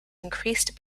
increased